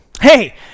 Hey